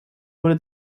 wurde